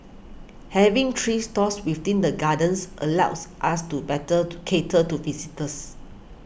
having three stores within the gardens allows us to better to cater to visitors